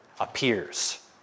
appears